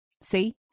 See